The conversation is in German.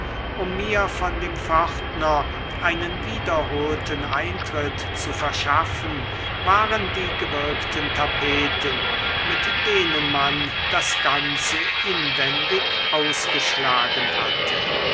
um mir von dem pförtner einen wiederholten eintritt zu verschaffen waren die gewirkten tapeten mit denen man das ganze inwendig ausgeschlagen hatte